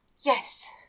Yes